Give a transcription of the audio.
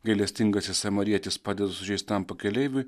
gailestingasis samarietis padeda sužeistam pakeleiviui